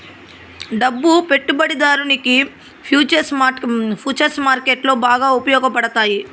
డబ్బు పెట్టుబడిదారునికి ఫుచర్స్ మార్కెట్లో బాగా ఉపయోగపడతాయి